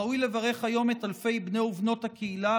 ראוי לברך היום את אלפי בני ובנות הקהילה,